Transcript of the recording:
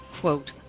quote